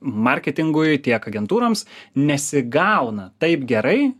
marketingui tiek agentūroms nesigauna taip gerai